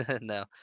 No